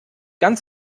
ganz